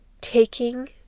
taking